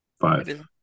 Five